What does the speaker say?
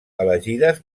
elegides